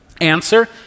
Answer